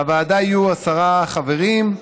בוועדה יהיו עשרה חברים,